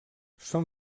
són